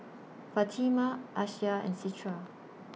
Fatimah Aisyah and Citra